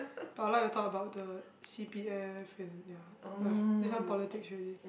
but I like to talk about the c_p_f and ya uh this one politics already